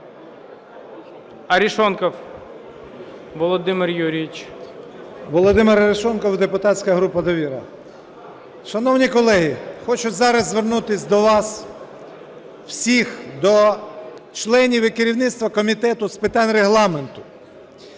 Володимир Арешонков, депутатська група "Довіра". Шановні колеги, хочу зараз звернутись до вас всіх, до членів і керівництва Комітету з питань Регламенту,